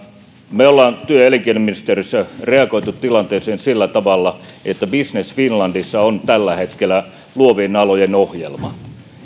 me olemme työ ja elinkeinoministeriössä reagoineet tilanteeseen sillä tavalla että business finlandissa on tällä hetkellä luovien alojen ohjelma